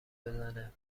بزنه